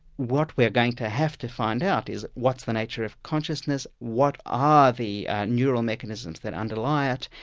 what we're going to have to find out is what's the nature of consciousness what are the neural mechanisms that underlie it,